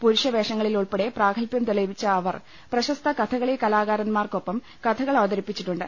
പുരുഷ വേഷങ്ങളിൽ ഉൾപ്പെടെ പ്രാഗൽഭൃം തെളിയിച്ച അവർ പ്രശസ്ത കഥകളി കലാകാരന്മാർക്കൊപ്പം കഥകൾ അവതരി പ്പിച്ചിട്ടുണ്ട്